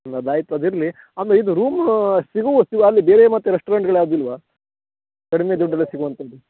ಅದು ಆಯ್ತು ಅದು ಇರಲಿ ಆಮೇಲೆ ಇದು ರೂಮ್ ಸಿಗು ವಸ್ತು ಅಲ್ಲಿ ಬೇರೆ ಮತ್ತೆ ರೆಸ್ಟೋರೆಂಟ್ಗಳು ಯಾವ್ದು ಇಲ್ವ ಕಡಿಮೆ ದುಡ್ಡಲ್ಲಿ ಸಿಗುವಂತದ್ದು